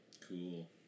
cool